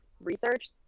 research